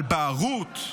על בערות?